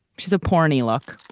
she's a porny look.